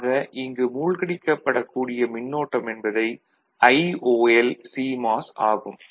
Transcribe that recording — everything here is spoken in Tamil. ஆக இங்கு மூழ்கடிக்கப்படக் கூடிய மின்னோட்டம் என்பது IOL ஆகும்